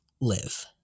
live